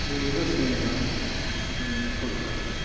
बबेबा चेनेला जोंनि सोरखारनि